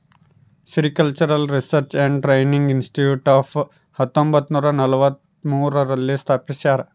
sericultural research and training institute ಹತ್ತೊಂಬತ್ತುನೂರ ನಲವತ್ಮೂರು ರಲ್ಲಿ ಸ್ಥಾಪಿಸ್ಯಾರ